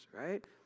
right